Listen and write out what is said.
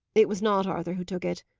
it was not arthur who took it.